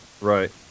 Right